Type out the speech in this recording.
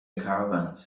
caravans